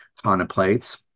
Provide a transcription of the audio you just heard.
contemplates